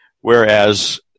whereas